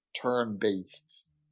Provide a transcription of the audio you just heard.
turn-based